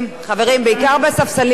בעיקר בספסלים האחוריים,